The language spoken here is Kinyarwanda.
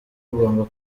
agomba